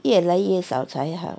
越来越少才好